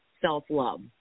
self-love